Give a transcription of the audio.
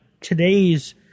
today's